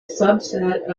subset